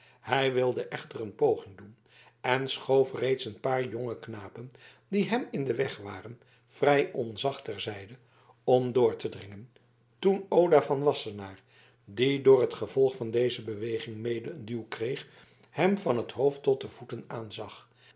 hij wilde echter een poging doen en schoof reeds een paar jonge knapen die hem in den weg waren vrij onzacht ter zijde om door te dringen toen oda van wassenaar die door het gevolg van deze beweging mede een duw kreeg hem van t hoofd tot de voeten aanzag